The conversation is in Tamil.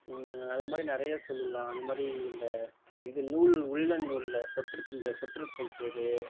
அதமாதிரி நிறைய சொல்லுலாம் அதுமாதிரி இந்த இது நூல் உல்லன் நூலில் சொட்டர் பின்னுற சொட்டர் தைக்கிறது